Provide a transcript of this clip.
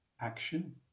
action